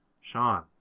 Sean